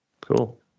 cool